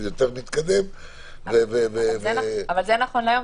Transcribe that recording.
שזה יותר מתקדם --- אבל זה נכון להיום.